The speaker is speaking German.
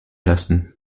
lassen